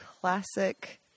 classic